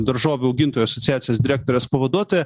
daržovių augintojų asociacijos direktorės pavaduotoja